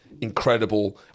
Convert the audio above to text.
incredible